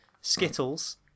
skittles